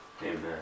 Amen